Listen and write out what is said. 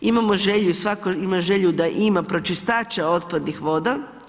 Imamo želju, svatko ima želju da ima pročistače otpadnih voda.